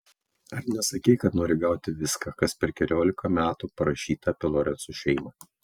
ar nesakei kad nori gauti viską kas per keliolika metų parašyta apie lorencų šeimą